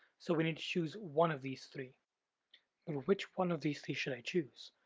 so we need to choose one of these three. but which one of these three should i choose?